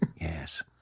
Yes